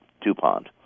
DuPont